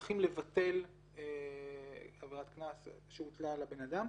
מוסמכים לבטל עבירת קנס שהוטלה על הבן אדם.